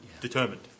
determined